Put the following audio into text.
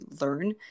learn